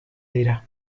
dira